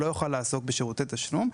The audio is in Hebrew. לא יוכל לעסוק בשירותי תשלום,